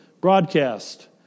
broadcast